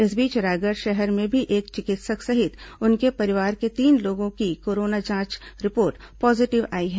इस बीच रायगढ़ शहर में भी एक चिकित्सक सहित उनके परिवार के तीन लोगों की कोरोना जांच रिपोर्ट पॉजीटिव आई है